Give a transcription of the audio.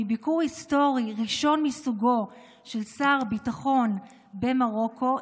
מביקור היסטורי ראשון מסוגו של שר ביטחון במרוקו,